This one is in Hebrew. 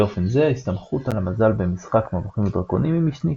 באופן זה ההסתמכות על המזל במשחק מו"ד היא משנית.